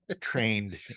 trained